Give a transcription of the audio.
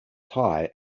tie